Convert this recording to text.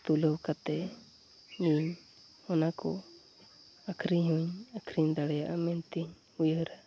ᱛᱩᱞᱟᱹᱣ ᱠᱟᱛᱮ ᱤᱧ ᱚᱱᱟᱠᱚ ᱟᱹᱠᱷᱨᱤᱧ ᱦᱚᱸᱧ ᱟᱹᱠᱷᱨᱤᱧ ᱫᱟᱲᱮᱭᱟᱜᱼᱟ ᱢᱮᱱᱛᱮᱧ ᱩᱭᱦᱟᱹᱨᱟ